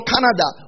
Canada